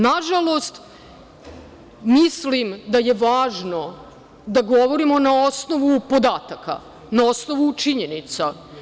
Nažalost, mislim da je važno da govorimo na osnovu podataka, na osnovu činjenica.